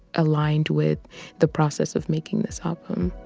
aligned with the process of making this happen.